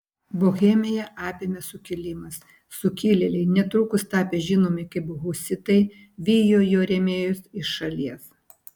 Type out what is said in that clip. bohemiją apėmė sukilimas sukilėliai netrukus tapę žinomi kaip husitai vijo jo rėmėjus iš šalies